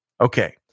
Okay